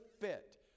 fit